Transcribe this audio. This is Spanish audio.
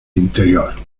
interior